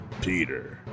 Peter